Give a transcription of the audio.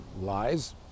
lies